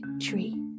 tree